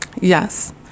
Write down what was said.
Yes